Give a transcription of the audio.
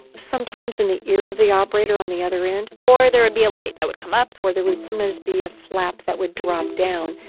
sometimes in the ear of the operator on the other end or there would be a light that would come up or there would sometimes be a flap that would drop down.